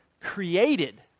created